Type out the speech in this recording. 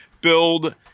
build